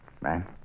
Man